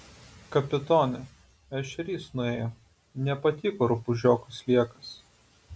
kapitone ešerys nuėjo nepatiko rupūžiokui sliekas